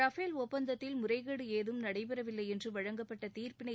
Rafale ஒப்பந்தத்தில் முறைகேடு ஏதும் நடைபெறவில்லை என்று வழங்கப்பட்ட தீர்ப்பினை